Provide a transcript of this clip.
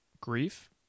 grief